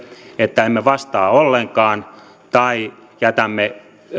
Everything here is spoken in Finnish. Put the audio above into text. että emme vastaa ollenkaan tai jätämme